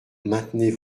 maintenez